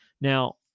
Now